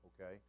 okay